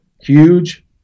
huge